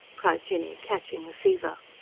cried jinny, catching the fever.